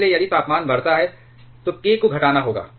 इसलिए यदि तापमान बढ़ता है तो k को घटाना होगा